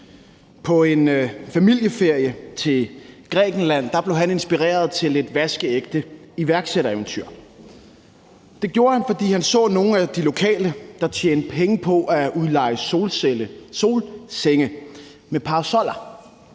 På en familieferie til Grækenland blev han inspireret til et vaskeægte iværksættereventyr. Det gjorde han, fordi han så nogle af de lokale, der tjente penge på at udleje solsenge med parasoller.